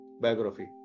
biography